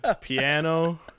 Piano